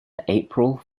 april